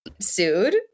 sued